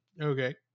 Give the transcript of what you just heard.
okay